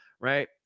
Right